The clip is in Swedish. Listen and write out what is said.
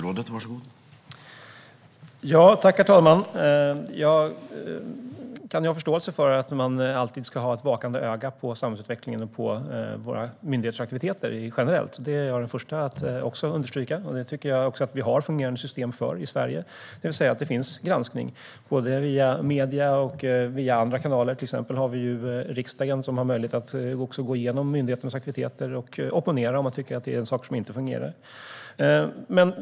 Herr talman! Jag kan ha förståelse för att man alltid ska ha ett vakande öga på samhällsutvecklingen och våra myndigheters aktiviteter generellt. Det är jag den första att understryka. Det tycker jag att vi har fungerande system för i Sverige. Det finns granskning både via medier och via andra kanaler. Vi har till exempel riksdagen som har möjlighet att gå igenom myndigheternas aktiviteter och opponera om man tycker att det är saker som inte fungerar.